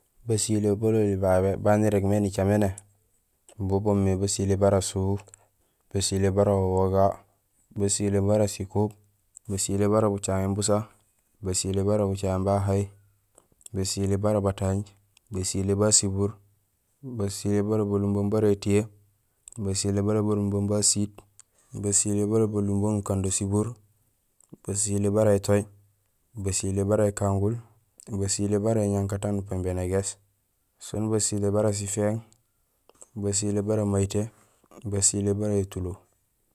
Basilé bololi babé baan irégmé nicaméné bo boomé basilé bara sú, basilé bara uwoga, basilé bara sikub, basilé bara bucaŋéén busa, basilé bara bucaŋéén bahay, basilé bara batanj, basilé bara sibuur, basilé bara balumbung bara étiyee, basilé bara balumbung ba siit, basilé bara balumbnug gukando sibuur, basilé bara étooj, basilé bara ékangul, basilé bara éñankatang nupen béén égéés soon basilé bara sifééŋ, basilé bara mayitee, basilé bara étulo